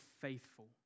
faithful